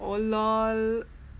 oh lol